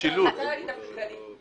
משרד המשפטים נמצא פה?